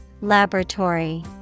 Laboratory